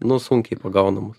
nu sunkiai pagaunamas